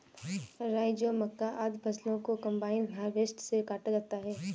राई, जौ, मक्का, आदि फसलों को कम्बाइन हार्वेसटर से काटा जाता है